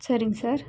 சரிங்க சார்